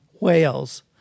whales